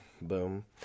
Boom